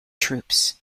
troops